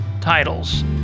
titles